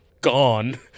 gone